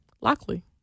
Lockley